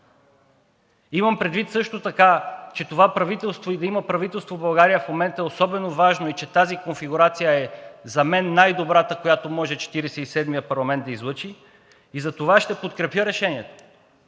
имам предвид също така, че това правителство и да има правителство в България в момента, е особено важно и че тази конфигурация за мен е най-добрата, която може Четиридесет и седмият парламент да излъчи, и затова ще подкрепя Решението,